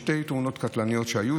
היו שתי תאונות קטלניות,